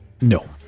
No